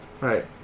Right